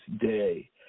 day